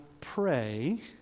pray